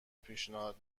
پیشنهاد